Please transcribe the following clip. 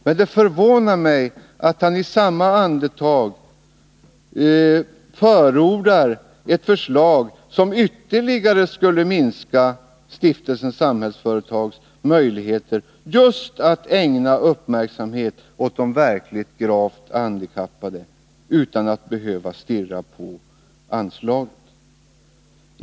Men det förvånar mig att han i samma andetag förordar ett förslag som ytterligare skulle minska Stiftelsen Samhällsföretags möjligheter att ägna uppmärksamhet just åt de verkligt gravt handikappade utan att behöva stirra på anslagen.